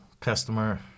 customer